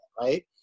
Right